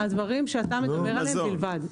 הדברים שאתה מדבר עליהם בלבד.